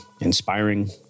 inspiring